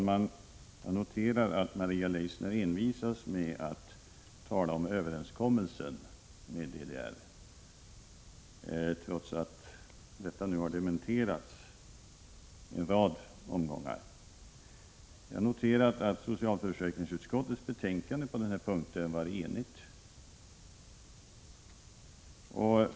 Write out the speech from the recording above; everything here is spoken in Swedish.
Fru talman! Maria Leissner envisas med att tala om överenskommelsen med DDR, trots att förekomsten av en sådan har dementerats i en rad replikomgångar. Jag noterar att socialförsäkringsutskottets betänkande var enhälligt på den här punkten.